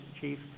chief